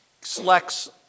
selects